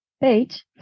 page